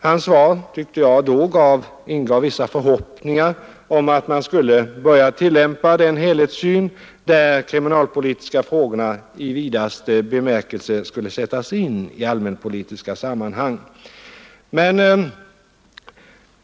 Hans svar tyckte jag då ingav vissa förhoppningar om att man skulle börja tillämpa en helhetssyn där de kriminalpolitiska frågorna i vidaste bemärkelse skulle sättas in i allmänpolitiska sammanhang.